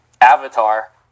Avatar